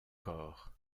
corps